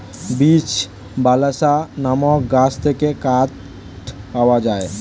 beech, balsa নামক গাছ থেকে কাঠ পাওয়া যায়